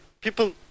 People